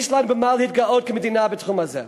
יש לנו במה להתגאות כמדינה בתחום הזה.